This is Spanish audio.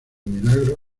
milagro